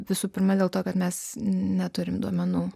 visų pirma dėl to kad mes neturime duomenų